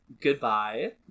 Goodbye